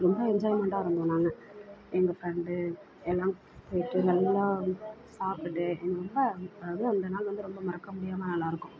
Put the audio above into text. ரொம்ப என்ஜாய்மெண்டாக இருந்தோம் நாங்கள் எங்கள் ஃப்ரெண்டு எல்லாம் போய்விட்டு நல்லா சாப்பிட்டுட்டு ரொம்ப அதாவது அந்த நாள் வந்து ரொம்ப மறக்க முடியாமல் நல்லா இருக்கும்